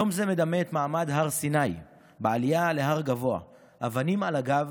יום זה מדמה את מעמד הר סיני בעלייה להר גבוה עם אבנים על הגב